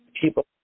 People